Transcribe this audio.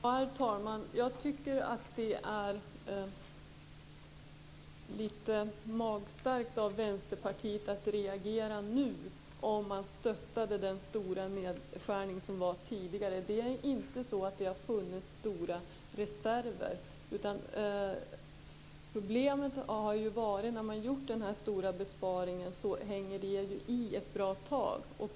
Herr talman! Jag tycker att det är litet magstarkt av Vänsterpartiet att reagera nu. Ni stöttade ju den stora nedskärning som var tidigare. Det har inte funnits stora reserver. Problemet har varit att när man har gjort den här stora besparingen hänger det ju i ett bra tag.